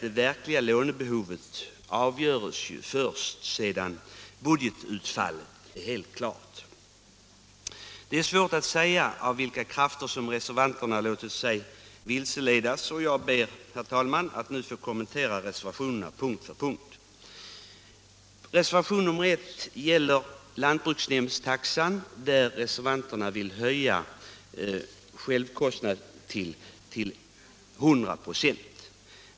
Det verkliga lånebehovet avgörs ju först sedan budgetutfallet är helt klart. Jag ber, herr talman, att nu få kommentera reservationerna punkt för punkt. Reservationen 1 gäller lantbruksnämndstaxan. Reservanterna vill höja självkostnaden till 100 96.